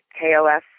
K-O-S